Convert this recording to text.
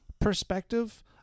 perspective